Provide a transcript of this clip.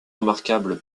remarquables